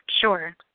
sure